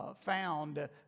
found